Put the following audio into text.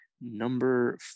number